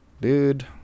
dude